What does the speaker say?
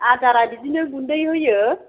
आदारा बिदिनो गुन्दै होयो